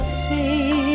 see